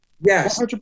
Yes